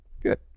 Good